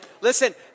listen